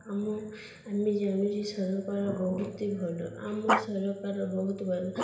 ଆମ ଆମେ ଜାଣିଛେ ସରକାର ବହୁତ ଭଲ ଆମ ସରକାର ବହୁତ ଭଲ